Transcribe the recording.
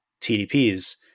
TDPs